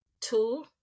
Two